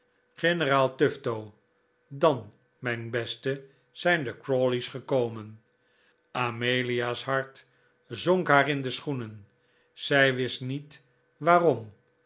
generaal tufto dan mijn beste zijn de crawley's gekomen amelia's hart zonk haar in de schoenen zij wist niet waarom